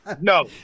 no